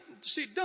See